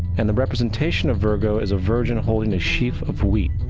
and the representation of virgo is a virgin holding a sheaf of wheat.